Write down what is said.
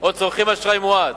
או צורכים אשראי מועט,